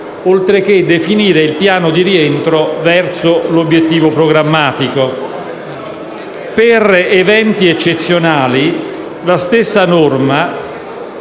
oltre che definire il piano di rientro verso l'obiettivo programmatico. Per eventi eccezionali, la stessa norma